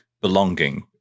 belonging